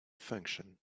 function